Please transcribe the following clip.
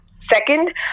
Second